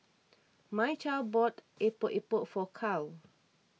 Mychal bought Epok Epok for Carl